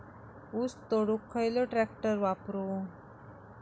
ऊस तोडुक खयलो ट्रॅक्टर वापरू?